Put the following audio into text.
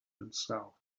himself